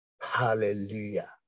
Hallelujah